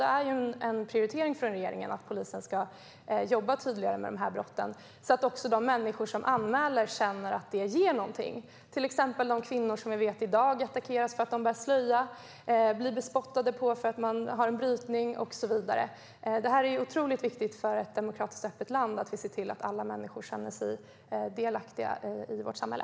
Det är ju en prioritering från regeringens sida att polisen ska jobba tydligare med de här brotten, så att de människor som anmäler känner att det ger någonting, till exempel för de kvinnor som vi i dag vet attackeras därför att de bär slöja, blir bespottade för att de har en brytning och så vidare. Det är otroligt viktigt som ett demokratiskt och öppet land att vi ser till att alla människor känner sig delaktiga i vårt samhälle.